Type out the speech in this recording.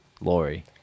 Lori